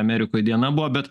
amerikoj diena buvo bet